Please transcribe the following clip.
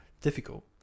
Difficult